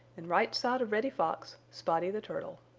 and right side of reddy fox spotty the turtle.